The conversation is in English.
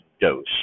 dose